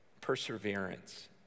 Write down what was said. Perseverance